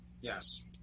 Yes